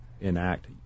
enact